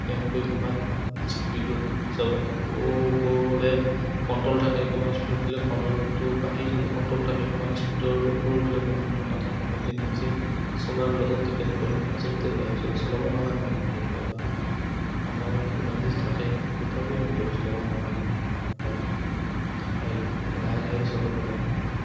কেনেকৈ কিমান স্পীডত যাব গ'লে কণ্ট্ৰ'ল থাকে কিমান স্পীডত গ'লে কণ্ট্ৰলটো বাহিৰ হয় কণ্ট্ৰ'ল থাকে কিমান স্পীডৰ ওপৰত গ'লে কণ্ট্ৰলটো নাথাকে সেই দি নিজে চলাৰ লগত ডিপেণ্ড কৰে আচলতে বাইক জোৰে চলাব নালাগে কেতিয়াবা মানুহৰ ইমাৰ্জেঞ্চি থাকে তথাপিও ইমান জোৰে চলাব নালাগে বাইক বাইক লাহে লাহে চলাব লাগে